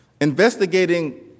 investigating